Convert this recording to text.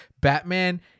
Batman